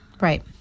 Right